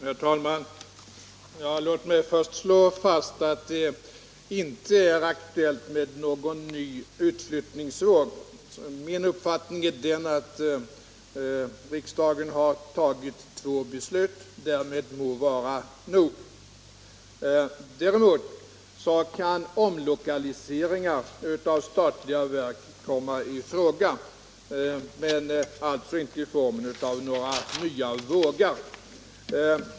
Herr talman! Låt mig först slå fast att någon ny utflyttningsvåg inte är aktuell. Min uppfattning är att det må vara nog med de två beslut som riksdagen har tagit. Omlokaliseringar av statliga verk kan komma i fråga men inte i form av några nya vågor.